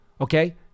Okay